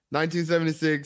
1976